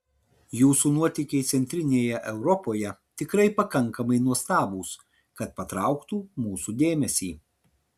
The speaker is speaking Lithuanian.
jūsų nuotykiai centrinėje europoje tikrai pakankamai nuostabūs kad patrauktų mūsų dėmesį